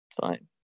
fine